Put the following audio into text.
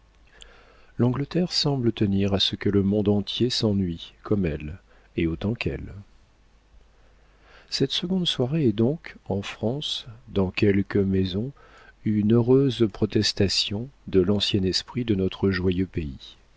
l'angleterre semble tenir à ce que le monde entier s'ennuie comme elle et autant qu'elle cette seconde soirée est donc en france dans quelques maisons une heureuse protestation de l'ancien esprit de notre joyeux pays